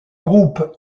groupe